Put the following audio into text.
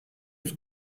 yüz